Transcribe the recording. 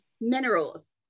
minerals